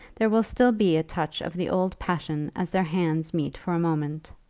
there will still be a touch of the old passion as their hands meet for a moment.